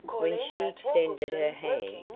when she extended her hand,